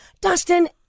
Dustin